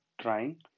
trying